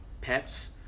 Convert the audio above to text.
pets